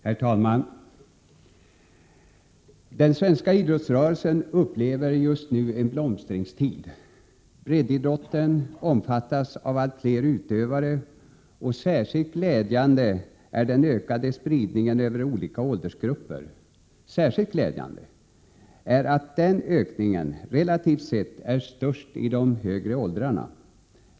Herr talman! Den svenska idrottsrörelsen upplever just nu en blomstringstid. Breddidrotten omfattas av allt fler utövare, och särskilt glädjande är den ökade spridningen över olika åldersgrupper. Glädjande är också att den ökningen relativt sett är störst i de högre åldrarna.